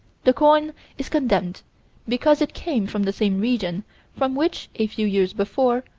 the coin is condemned because it came from the same region from which, a few years before,